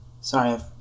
sorry